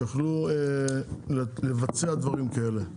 יוכלו לבצע דברים כאלה.